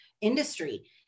industry